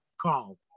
call